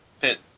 pit